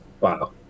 Wow